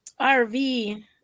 RV